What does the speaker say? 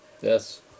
Yes